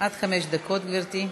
עד חמש דקות, גברתי.